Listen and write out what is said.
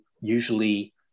usually